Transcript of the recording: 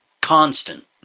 constant